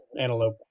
antelope